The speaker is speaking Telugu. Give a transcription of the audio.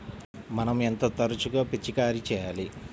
మనం ఎంత తరచుగా పిచికారీ చేయాలి?